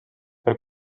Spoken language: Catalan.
per